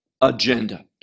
agenda